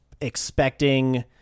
expecting